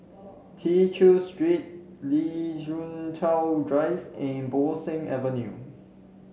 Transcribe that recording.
Tew Chew Street Lien Ying Chow Drive and Bo Seng Avenue